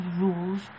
rules